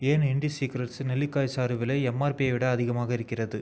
ஏன் இண்டிஸீக்ரெட்ஸ் நெல்லிக்காய்ச் சாறு விலை எம்ஆர்பியை விட அதிகமாக இருக்கிறது